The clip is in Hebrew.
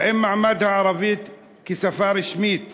האם מעמד הערבית כשפה רשמית